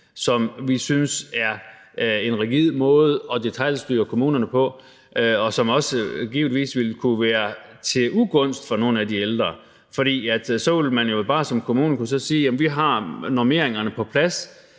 som vi synes er en rigid måde at detailstyre kommunerne på, og som givetvis også ville kunne være til ugunst for nogle af de ældre; for så ville man jo som kommune bare kunne sige, at man har normeringerne på plads,